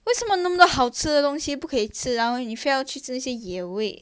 为什么那么多好吃的东西不可以吃然后你要去吃些野味